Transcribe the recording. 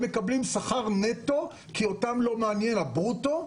הם מקבלים שכר נטו, כי אותם לא מעניין הברוטו,